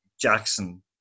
Jackson